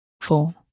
four